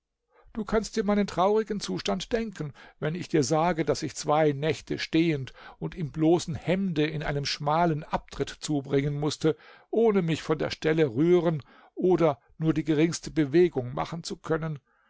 du kannst dir meinen traurigen zustand denken wenn ich dir sage daß ich zwei nächte stehend und im bloßen hemde in einem schmalen abtritt zubringen mußte ohne mich von der stelle rühren oder nur die geringste bewegung machen zu können